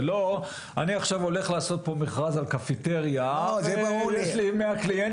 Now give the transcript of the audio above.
זה לא אני עכשיו הולך לעשות פה מכרז על קפיטריה ויש לי 100 קליינטים,